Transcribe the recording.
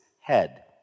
head